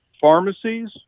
pharmacies